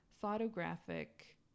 photographic